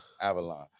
Avalon